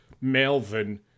Melvin